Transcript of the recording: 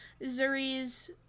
Zuri's